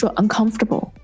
uncomfortable